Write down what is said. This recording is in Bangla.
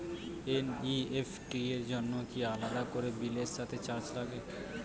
এন.ই.এফ.টি র জন্য কি আলাদা করে বিলের সাথে চার্জ লাগে?